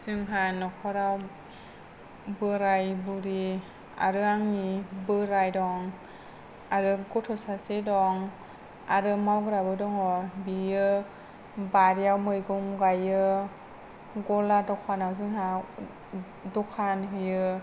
जोंहा न'खराव बोराय बुरै आरो आंनि बोराय दं आरो गथ' सासे दं आरो मावग्राबो दङ बियो बारियाव मैगं गायो गला दखानाव जोंहा दखान होयो